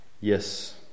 Yes